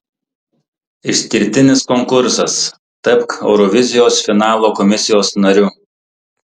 išskirtinis konkursas tapk eurovizijos finalo komisijos nariu